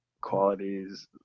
qualities